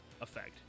effect